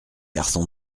garçon